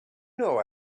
know